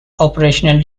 operational